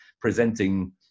presenting